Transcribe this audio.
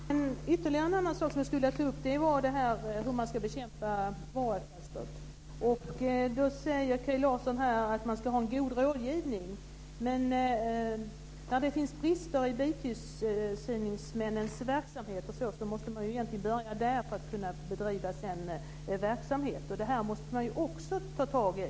Fru talman! Det är ytterligare en sak som jag skulle vilja ta upp, och det är hur man ska bekämpa varroakvalstret. Kaj Larsson säger att det ska vara en god rådgivning. Men när det finns brister i bitillsyningsmännens verksamhet måste man ju börja där för att verksamhet ska kunna bedrivas. Det här måste man också ta tag i.